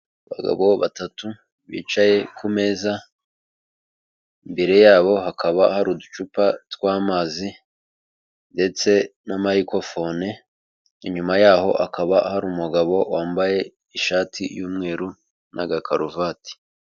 Abagabo batatu bicaye ku meza, imbere yabo hakaba hari uducupa tw'amazi ndetse na mayikofone, inyuma ya ho hakaba hari umugabo wambaye ishati y'umweru n'agakaruvati.